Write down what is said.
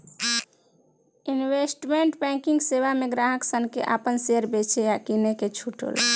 investment banking सेवा में ग्राहक सन के आपन शेयर बेचे आ किने के छूट होला